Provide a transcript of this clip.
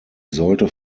sollte